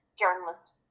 journalists